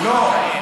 לא.